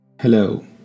Hello